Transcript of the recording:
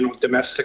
domestic